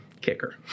Kicker